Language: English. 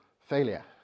failure